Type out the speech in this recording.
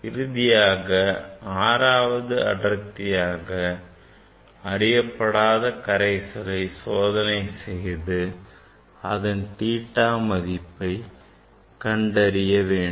இறுதியாக ஆறாவது அடர்த்தியாக அறியப்படாத கரைசலை சோதனை செய்து அதன் theta மதிப்பை கண்டறிய வேண்டும்